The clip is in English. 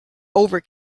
over